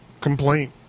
complaint